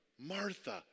Martha